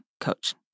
coach